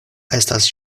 estas